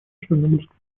чернобыльской